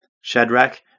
Shadrach